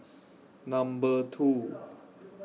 Number two